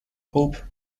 hope